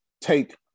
Take